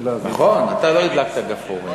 נכון, אתה לא הדלקת גפרורים.